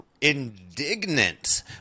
indignant